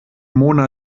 mona